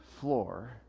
floor